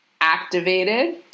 activated